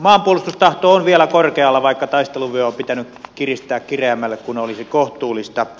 maanpuolustustahto on vielä korkealla vaikka taisteluvyö on pitänyt kiristää kireämmälle kuin olisi kohtuullista